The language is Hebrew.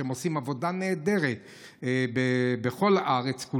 שם עושים עבודה נהדרת בכל הארץ.